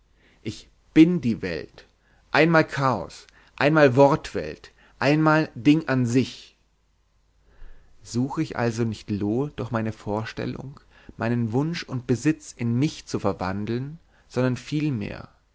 ich bin die welt einmal chaos einmal wortwelt einmal ding an sich suche ich also nicht loo durch meine vorstellung meinen wunsch und besitz in mich zu verwandeln sondern vielmehr